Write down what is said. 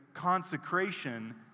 consecration